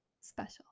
special